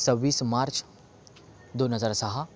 सव्वीस मार्च दोन हजार सहा